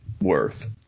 worth